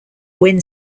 when